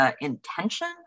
intention